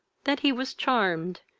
that he was charmed,